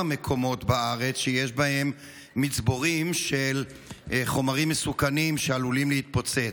מקומות בארץ שיש בהם מצבורים של חומרים מסוכנים שעלולים להתפוצץ.